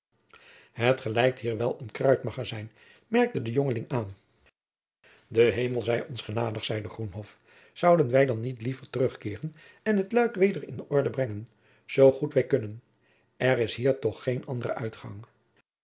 het gelijkt hier wel een kruidmagazijn merkte de jongeling aan jacob van lennep de pleegzoon de hemel zij ons genadig zeide groenhof zouden wij dan niet liever terugkeeren en het luik weder in orde brengen zoo goed wij kunnen er is hier toch geen andere uitgang